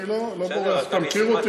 אני לא בורח, אתה מכיר אותי.